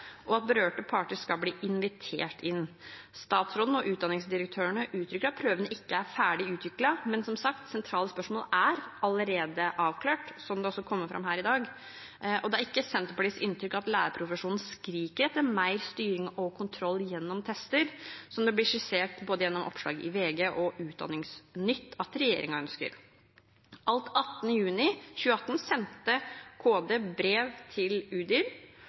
og at berørte parter skal bli invitert inn. Statsråden og utdanningsdirektørene uttrykker at prøvene ikke er ferdig utviklet. Som sagt, sentrale spørsmål er allerede avklart, som det også kommer fram her i dag. Det er ikke Senterpartiets inntrykk at lærerprofesjonen skriker etter mer styring og kontroll gjennom tester, som det blir skissert både gjennom oppslag i VG og Utdanningsnytt at regjeringen ønsker. Alt 18. juni 2018 sendte Kunnskapsdepartementet brev til